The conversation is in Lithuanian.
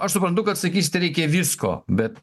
aš suprantu kad sakysite reikia visko bet